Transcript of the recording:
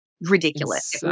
ridiculous